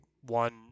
one